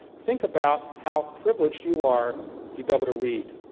think about how privileged you are to be able to read,